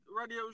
radio